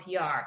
PR